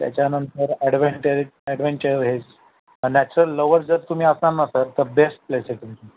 त्याच्यानंतर adventurous adventurous natural lover जर तुम्ही असाल ना सर तर बेस्ट प्लेस आहे तुमच्यासाठी